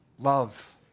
Love